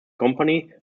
company